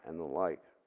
and the like.